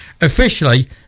officially